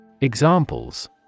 Examples